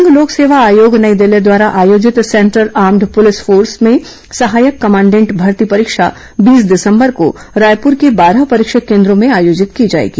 संघ लोक सेवा आयोग नई दिल्ली द्वारा आयोजित सेंद्रल आर्म्ड प्रलिस फोर्स में सहायक कमांडेट भर्ती परीक्षा बीस दिसंबर को रायपुर के बारह परीक्षा केन्द्रों में आयोजित की जाएगी